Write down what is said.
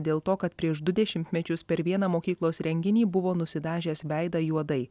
dėl to kad prieš du dešimtmečius per vieną mokyklos renginį buvo nusidažęs veidą juodai